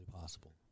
possible